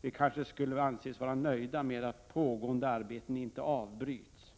Vi kanske skulle anses vara nöjda med att pågående arbeten inte avbryts.